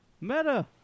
meta